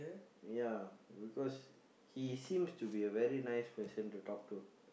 ya because he seems to be a very nice person to talk to